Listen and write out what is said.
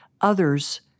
others